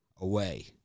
away